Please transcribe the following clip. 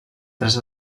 tres